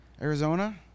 Arizona